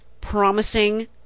promising